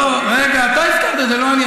לא, רגע, אתה הזכרת את זה, לא אני.